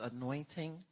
anointing